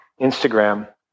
Instagram